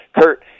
kurt